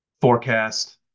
forecast